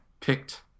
picked